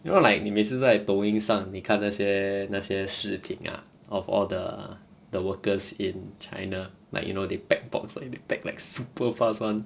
you know like 你每次在抖音上你看那些那些视频 ah of all the the workers in china like you know they packed box like they pack like super fast [one]